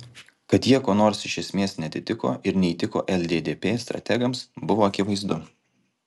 kad jie kuo nors iš esmės neatitiko ir neįtiko lddp strategams buvo akivaizdu